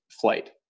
flight